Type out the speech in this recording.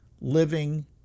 living